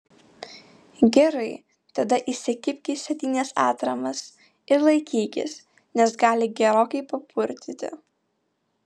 gerai tada įsikibk į sėdynes atramas ir laikykis nes gali gerokai papurtyti